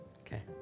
Okay